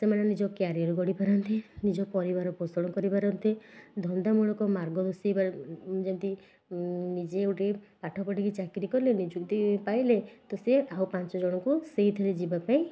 ସେମାନେ ନିଜ କ୍ୟାରିଅର ଗଢ଼ି ପାରନ୍ତେ ନିଜ ପରିବାର ପୋଷଣ କରି ପାରନ୍ତେ ଧନ୍ଦାମୂଳକ ମାର୍ଗ ବସେଇବା ଯେମିତି ନିଜେ ଗୋଟେ ପାଠ ପଢ଼ିକି ଚାକିରି କଲେ ନିଯୁକ୍ତି ପାଇଲେ ତ ସିଏ ଆଉ ପାଞ୍ଚଜଣଙ୍କୁ ସେଇଥିରେ ଯିବାପାଇଁ